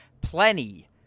plenty